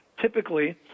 typically